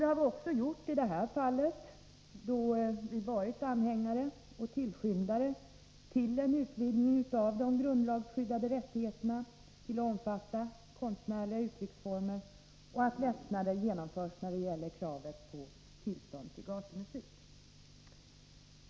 Det har vi gjort också i det här fallet, då vi varit anhängare av och tillskyndare till en utvidgning av de grundlagsskyddade rättigheterna till att omfatta konstnärliga uttrycksformer samt krävt att lättnader genomförs när det gäller kravet på tillstånd till gatumusik.